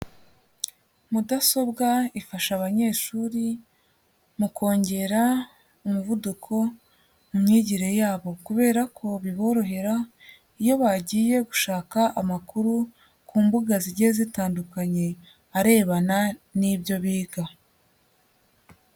Mudasobwa ifasha abanyeshuri mu kongera umuvuduko mu myigire yabo kubera ko biborohera iyo bagiye gushaka amakuru ku mbuga zigiye zitandukanye, arebana ni ibyo biga.